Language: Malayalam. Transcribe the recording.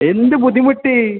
എന്ത് ബുദ്ധിമുട്ട്